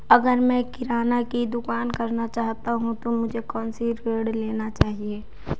अगर मैं किराना की दुकान करना चाहता हूं तो मुझे कौनसा ऋण लेना चाहिए?